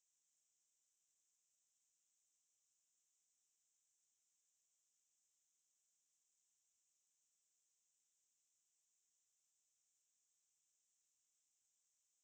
lousy sia